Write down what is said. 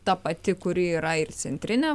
ta pati kuri yra ir centrinė